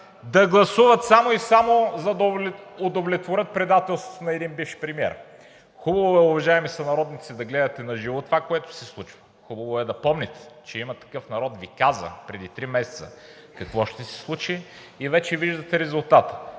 да гласуват само и само за да удовлетворят предателството на един бивш премиер. Хубаво е, уважаеми сънародници, да гледате наживо това, което се случва. Хубаво е да помните, че „Има такъв народ“ Ви каза преди три месеца какво ще се случи и вече виждате резултата.